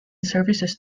services